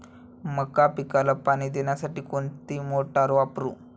मका पिकाला पाणी देण्यासाठी कोणती मोटार वापरू?